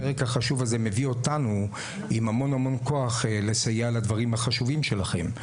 הפרק החשוב הזה מביא אותנו עם המון המון כוח לסייע לדברים החשובים שלכם.